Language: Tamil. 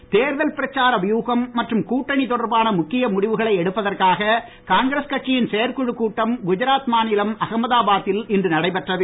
காங்கிரஸ் தேர்தல் பிரச்சார வியூகம் மற்றும் கூட்டணி தொடர்பான முக்கிய முடிவுகளை எடுப்பதற்காக காங்கிரஸ் கட்சியின் செயற்குழு கூட்டம் குஜராத் மாநிலம் அகமதாபாத்தில் இன்று நடைபெற்றது